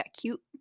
cute